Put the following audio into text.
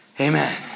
Amen